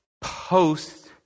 post